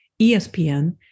ESPN